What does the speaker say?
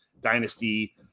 dynasty